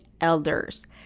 Elders